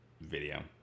video